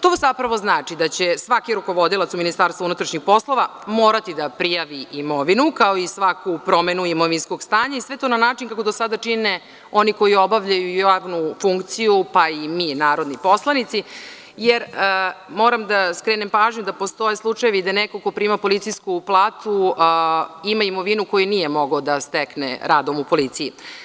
To zapravo znači da će svaki rukovodilac u MUP morati da prijavi imovinu kao i svaku promenu imovinskog stanja, sve to na način kako do sada čine oni koji obavljaju javnu funkciju, pa i mi narodni poslanici, jer moram da skrenem pažnju da postoje slučajevi, da neko ko prima policijsku platu ima imovinu koju nije mogao da stekne radom u policiji.